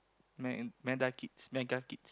me~ meda mega kids